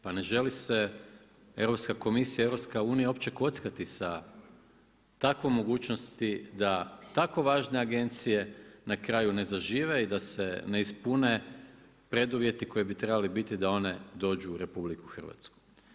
Pa ne želi se Europska komisija, EU, uopće kockati sa takvom mogućnosti da tako važne agencije na kraju ne zažive i da se ne ispune preduvjeti koji bi trebali biti da one dođu u RH.